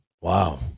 Wow